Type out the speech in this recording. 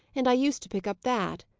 and i used to pick up that.